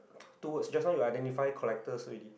two words just now you identify collectors already